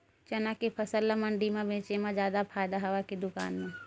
चना के फसल ल मंडी म बेचे म जादा फ़ायदा हवय के दुकान म?